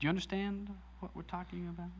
you understand what we're talking about